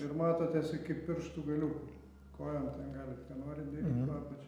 ir matotės iki pirštų galiukų kojom ten galit ką norit daryt po apačia